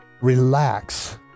relax